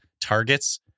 targets